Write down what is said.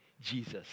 Jesus